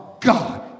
God